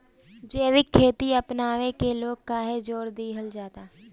जैविक खेती अपनावे के लोग काहे जोड़ दिहल जाता?